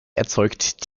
erzeugt